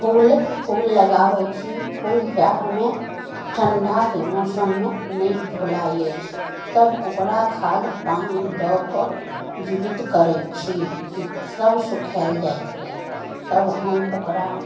फूल फूल लगाबय छी फूल जाड़मे ठण्डाके मौसममे नहि फुलाय अछि तब ओकरा खाद पानि दऽ कऽ जीवित करय छी नहि तऽ सभ सुखायल जाइत रहय तब हम ओकरा